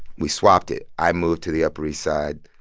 we swapped it. i moved to the upper east side,